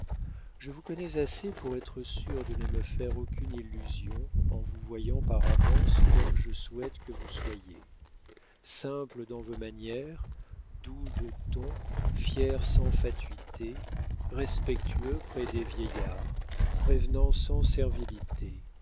je vous connais assez pour être sûre de ne me faire aucune illusion en vous voyant par avance comme je souhaite que vous soyez simple dans vos manières doux de ton fier sans fatuité respectueux près des vieillards prévenant sans